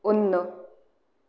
ഒന്നു